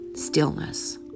Stillness